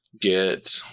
get